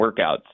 workouts